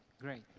great.